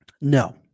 no